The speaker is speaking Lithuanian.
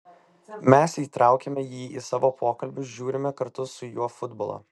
mes įtraukiame jį į savo pokalbius žiūrime kartu su juo futbolą